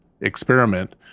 experiment